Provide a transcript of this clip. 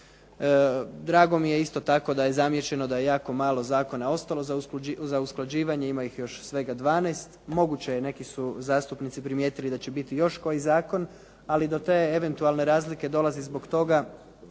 Drago mi je isto tako da je zamijećeno da jako malo zakona ostalo za usklađivanje, ima ih svega još 12. moguće je neki su zastupnici primijetili da će biti još koji zakon, ali do te eventualne razlike dolazi zbog toga